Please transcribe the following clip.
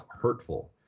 hurtful